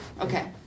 Okay